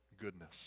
goodness